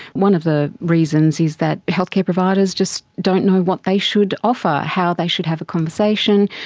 one of the reasons is that healthcare providers just don't know what they should offer, how they should have a conversation,